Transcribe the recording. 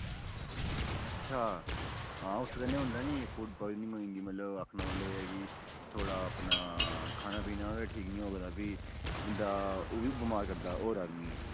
अच्छा आं उसदे कन्नै होंदा नी फूड प्वाईजनिंग होई जंदी ऐ आक्खने दा मतलब ऐ कि थुआढ़ा अपना खाना पीना गै ठीक निं होग भी बंदा ओह्बी बमार करदा होर आदमियें गी